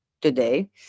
today